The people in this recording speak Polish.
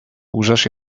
łżesz